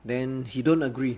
then he don't agree